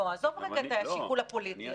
לא, עזוב רגע את השיקול הפוליטי.